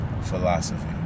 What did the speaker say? Philosophy